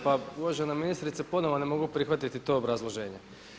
Pa uvažena ministrice ponovo ne mogu prihvatiti to obrazloženje.